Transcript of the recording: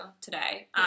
today